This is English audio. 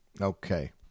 Okay